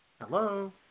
Hello